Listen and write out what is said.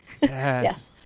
yes